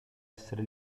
essere